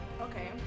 Okay